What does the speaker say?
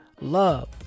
love